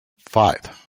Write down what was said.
five